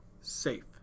safe